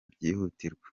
byihutirwa